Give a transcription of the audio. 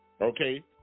Okay